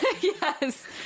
yes